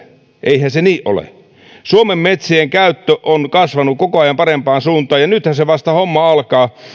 eihän se niin ole suomen metsien käyttö on kasvanut koko ajan parempaan suuntaan ja nythän se homma vasta alkaa